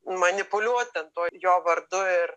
manipuliuoti ten tuo jo vardu ir